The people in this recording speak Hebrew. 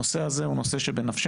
הנושא הזה הוא נושא שבנפשנו.